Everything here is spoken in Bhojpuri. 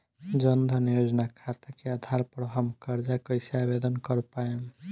जन धन योजना खाता के आधार पर हम कर्जा कईसे आवेदन कर पाएम?